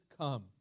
come